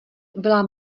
byla